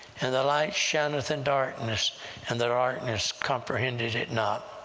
and the light shineth in darkness and the darkness comprehended it not.